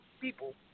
people